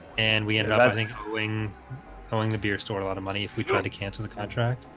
and we ended up everything cooing following the beer store a lot of money if we tried to cancel the contract,